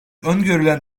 öngörülen